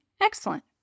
Excellent